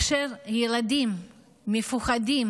כאשר ילדים מפוחדים